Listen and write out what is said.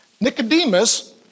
Nicodemus